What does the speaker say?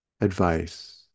advice